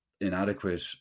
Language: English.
inadequate